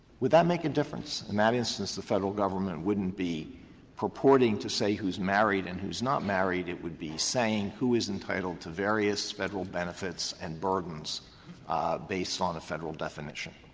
would that make a difference? in that instance, the federal government wouldn't be purporting to say who is married and who is not married it would be saying who is entitled to various federal benefits and burdens based on a federal definition.